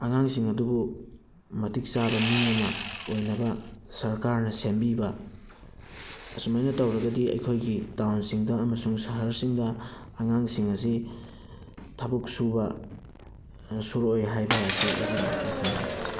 ꯑꯉꯥꯡꯁꯤꯡ ꯑꯗꯨꯕꯨ ꯃꯇꯤꯛ ꯆꯥꯕ ꯃꯤ ꯑꯃ ꯑꯣꯏꯅꯕ ꯁꯔꯀꯥꯔꯅ ꯁꯦꯝꯕꯤꯕ ꯑꯁꯨꯝꯍꯥꯏꯅ ꯇꯧꯔꯒꯗꯤ ꯑꯩꯈꯣꯏꯒꯤ ꯇꯥꯎꯟꯁꯤꯡꯗ ꯑꯃꯁꯨꯡ ꯁꯍꯔꯁꯤꯡꯗ ꯑꯉꯥꯡꯁꯤꯡ ꯑꯁꯤ ꯊꯕꯛ ꯁꯨꯕ ꯁꯨꯔꯛꯑꯣꯏ ꯍꯥꯏꯕ ꯑꯁꯤ ꯑꯩꯒꯤ ꯃꯣꯠ ꯑꯣꯏꯅ ꯐꯣꯡꯅꯤꯡꯉꯤ